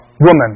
woman